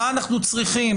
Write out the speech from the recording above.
מה אנחנו צריכים,